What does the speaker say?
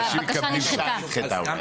שהבקשה נדחתה.